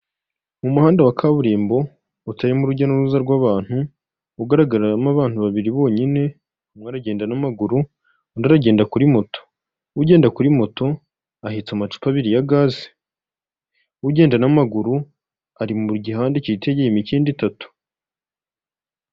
Umuhanda wa kaburimbo utarimo urujya n'uruza rw'abantu, ugaragaramo abantu babiri bonyine; umwe agenda n'amaguru, undi aragenda kuri moto. Ugenda kuri moto ahetse amacupa abiri ya gaze. Ugenda n'amaguru ari mu gihandade cyitegeye imikindo itatu.